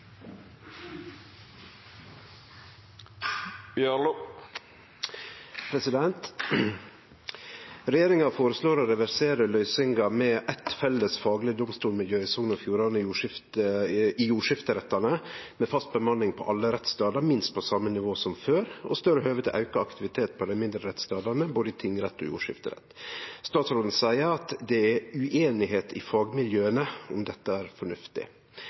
Fjordane i jordskifterettane med fast bemanning på alle rettsstadar minst på same nivå som før, og større høve til auka aktivitet på dei mindre rettsstadane både i tingretten og jordskifteretten. Statsråden seier til NRK at det er «uenighet i fagmiljøene» om dette er fornuftig.